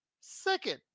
second